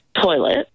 toilet